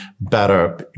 better